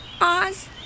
Oz